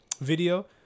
video